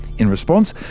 in response,